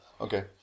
okay